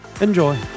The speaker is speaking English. Enjoy